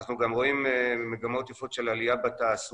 אנחנו גם רואים מגמות יפות של עליה בתעסוקה,